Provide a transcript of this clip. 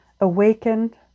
awakened